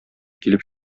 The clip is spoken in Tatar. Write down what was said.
килеп